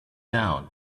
down